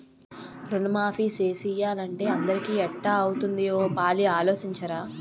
రుణమాఫీ సేసియ్యాలంటే అందరికీ ఎట్టా అవుతాది ఓ పాలి ఆలోసించరా